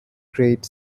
great